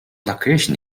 location